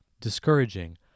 discouraging